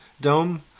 dome